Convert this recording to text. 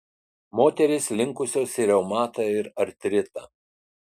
moterys linkusios į reumatą ir artritą